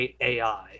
AI